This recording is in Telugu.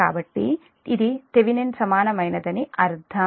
కాబట్టి ఇది థెవెనిన్ సమానమైనదని అర్థం